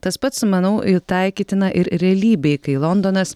tas pats manau e taikytina ir realybėj kai londonas